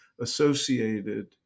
associated